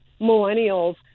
millennials